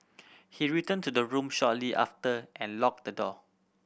he returned to the room shortly after and locked the door